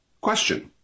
Question